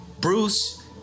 Bruce